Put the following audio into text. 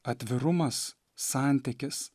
atvirumas santykis